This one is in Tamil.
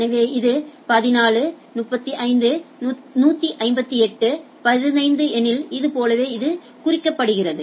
எனவே இது 14 35 158 15 எனில் இது போலவே இது குறிக்கப்படுகிறது